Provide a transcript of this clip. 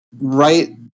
right